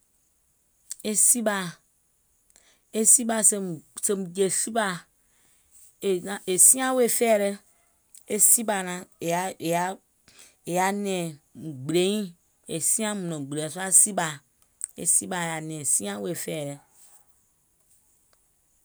E sìɓaà, e sìɓaà, sèèùm jè siɓaà, è siaŋ wèè fɛ̀ɛ̀ lɛ. È yaà nɛ̀ŋ mùŋ gbìlèìŋ, è siaŋ mùŋ nɔ̀ŋ gbìlà sùà sìɓaà, e sìɓaà yaà nɛ̀ŋ siaŋ wèè fɛ̀ɛ̀ɛ.